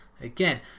again